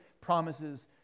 promises